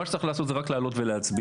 מה שצריך לעשות זה רק להעלות ולהצביע,